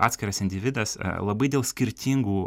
atskiras individas labai dėl skirtingų